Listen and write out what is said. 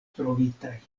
trovitaj